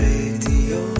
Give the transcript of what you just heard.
Radio